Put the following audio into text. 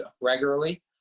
regularly